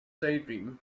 daydream